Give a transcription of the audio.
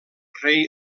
rei